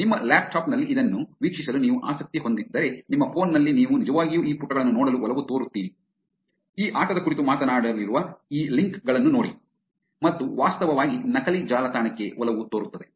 ನಿಮ್ಮ ಲ್ಯಾಪ್ಟಾಪ್ ನಲ್ಲಿ ಇದನ್ನು ವೀಕ್ಷಿಸಲು ನೀವು ಆಸಕ್ತಿ ಹೊಂದಿದ್ದರೆ ನಿಮ್ಮ ಫೋನ್ ನಲ್ಲಿ ನೀವು ನಿಜವಾಗಿಯೂ ಈ ಪುಟಗಳನ್ನು ನೋಡಲು ಒಲವು ತೋರುತ್ತೀರಿ ಈ ಆಟದ ಕುರಿತು ಮಾತನಾಡುವ ಈ ಲಿಂಕ್ ಗಳನ್ನು ನೋಡಿ ಮತ್ತು ವಾಸ್ತವವಾಗಿ ನಕಲಿ ಜಾಲತಾಣಕ್ಕೆ ಒಲವು ತೋರುತ್ತದೆ